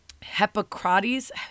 Hippocrates